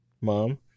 Mom